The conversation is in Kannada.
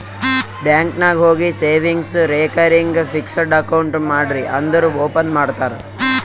ಬ್ಯಾಂಕ್ ನಾಗ್ ಹೋಗಿ ಸೇವಿಂಗ್ಸ್, ರೇಕರಿಂಗ್, ಫಿಕ್ಸಡ್ ಅಕೌಂಟ್ ಮಾಡ್ರಿ ಅಂದುರ್ ಓಪನ್ ಮಾಡ್ತಾರ್